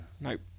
Nope